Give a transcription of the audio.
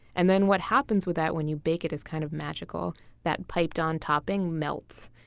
and then what happens with that when you bake it is kind of magical that piped-on topping melts.